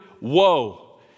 woe